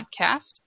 podcast